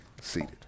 seated